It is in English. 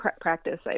practice